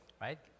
right